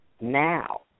now